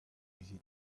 visit